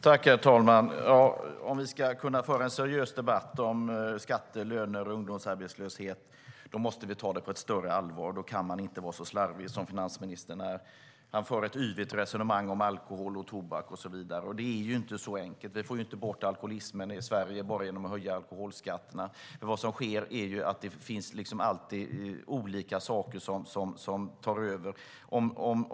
Herr talman! Om vi ska kunna föra en seriös debatt om skatter, löner och ungdomsarbetslöshet måste vi ta det på ett större allvar. Då kan man inte vara så slarvig som finansministern. Han för ett yvigt resonemang om alkohol, tobak och så vidare. Det är inte så enkelt; vi får inte bort alkoholismen i Sverige bara genom att höja alkoholskatterna. Det finns alltid olika saker som tar över.